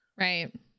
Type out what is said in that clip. Right